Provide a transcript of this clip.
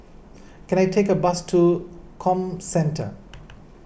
can I take a bus to Comcentre